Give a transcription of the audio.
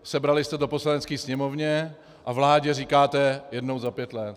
Sebrali jste to Poslanecké sněmovně a vládě říkáte jednou za pět let.